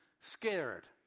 Scared